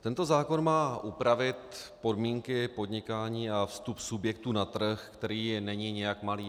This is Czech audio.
Tento zákon má upravit podmínky podnikání a vstup subjektů na trh, který není nijak malý.